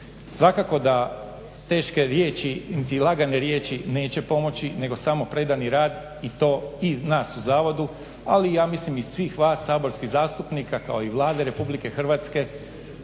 Svakako da teške riječi niti lagane riječi neće pomoći, nego samo predani rad i to i nas u zavodu, ali ja mislim i svih vas saborskih zastupnika kao i Vlade RH, svima nama je